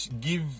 give